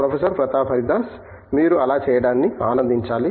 professor Pratap Haridas మీరు అలా చేయడాన్ని ఆనందించాలి